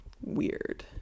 weird